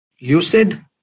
lucid